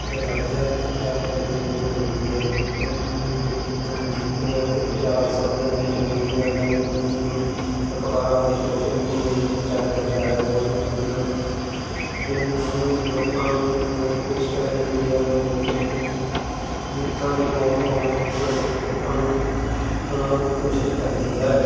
ਦਰਵਾਜਾ ਪ੍ਰਚਾਰ ਕਰਨ ਦੀ ਲੋੜ ਹੁੰਦੀ ਹੈ ਲੋਕਾਂ ਨੂੰ ਨੀਤੀਆਂ ਅਤੇ ਵਿਚਾਰ ਸਮਝਣ ਲਈ ਮੀਡੀਆ ਜਿਵੇਂ ਕਿ ਟੀਵੀ ਅਖਬਾਰਾਂ ਅਤੇ ਸੋਸ਼ਲ ਮੀਡੀਆ ਵੀ ਪ੍ਰਚਾਰ ਕਰਦਾ ਹੈ ਵੋਟਿੰਗ ਦਿਨਾਂ ਨੂੰ ਦਿਨ ਨੂੰ ਲੋਕਾਂ ਨੂੰ ਵੋਟ ਪੇਸ਼ ਕਰਨੀ ਉਮੀਦਵਾਰਾਂ ਨੂੰ ਵੋਟਿੰਗ ਬੂਥਾਂ ਦੇ ਕੋਲ ਆਉਣ ਵਾਸਤੇ ਲੋਕਾਂ ਨੂੰ ਮਨਾਉਣ ਦੀ ਕੋਸ਼ਿਸ਼ ਕਰਦੀ ਹੈ